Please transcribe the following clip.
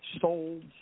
sold